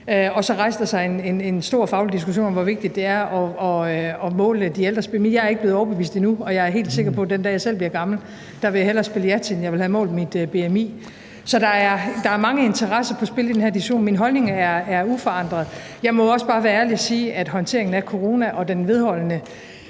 Så rejste der sig en stor faglig diskussion om, hvor vigtigt det er at måle de ældres bmi. Jeg er ikke blevet overbevist endnu, og jeg er helt sikker på, at den dag, jeg selv bliver gammel, vil jeg hellere spille yatzy, end jeg vil have målt mit bmi. Så der er mange interesser på spil i den her diskussion. Min holdning er uforandret Jeg må også bare være ærlig at sige, at håndteringen af corona og den vedholdende